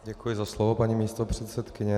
Děkuji za slovo, paní místopředsedkyně.